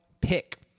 pick